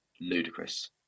Ludicrous